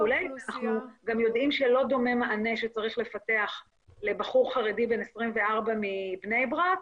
אנחנו גם יודעים שלא דומה מענה שצריך לפתח לבחור חרדי בן 24 מבני ברק